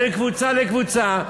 בין קבוצה לקבוצה,